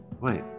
wait